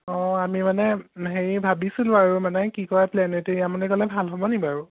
অঁ আমি মানে হেৰি ভাবিছিলোঁ আৰু মানে কি কয় প্লেনেটেৰিয়ামলৈ গ'লে ভাল হ'ব নি বাৰু